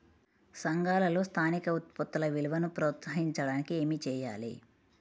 సంఘాలలో స్థానిక ఉత్పత్తుల విలువను ప్రోత్సహించడానికి ఏమి చేయాలి?